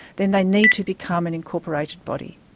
then they need to become an incorporated body.